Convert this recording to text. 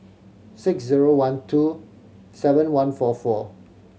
six zero one two seven one four four